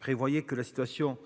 Prévoyait que la situation